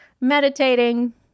meditating